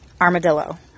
armadillo